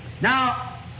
Now